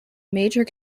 major